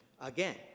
again